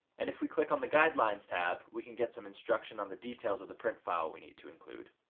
and if we click on the guidelines tab we can get some instruction on the details of the print file we need to include.